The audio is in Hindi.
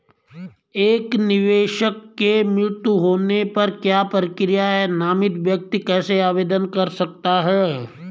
एक निवेशक के मृत्यु होने पर क्या प्रक्रिया है नामित व्यक्ति कैसे आवेदन कर सकता है?